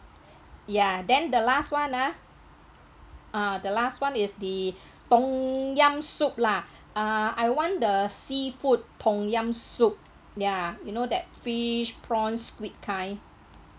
ya then the last one ah uh the last one is the tom yum soup lah uh I want the seafood tom yum soup ya you know that fish prawn squid kind